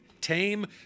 Tame